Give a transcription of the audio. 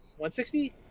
160